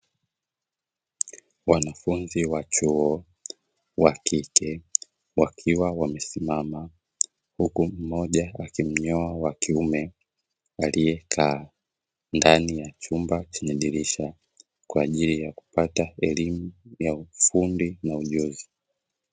Wanafunzi wa chuo wakike wakiwa wamesimama, huku mmoja akimnyoa wa kiume aliyekaa, ndani ya chumba chenye dirisha kwa ajili ya kupata elimu ya ufundi na ujuzi.